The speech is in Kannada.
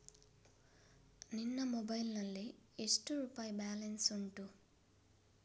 ನಿನ್ನ ಮೊಬೈಲ್ ನಲ್ಲಿ ಎಷ್ಟು ರುಪಾಯಿ ಬ್ಯಾಲೆನ್ಸ್ ಉಂಟು?